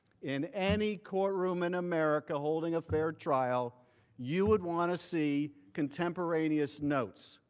in any courtroom in america holding a fair trial you would want to see contemporaneous notes.